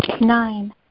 Nine